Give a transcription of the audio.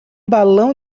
balão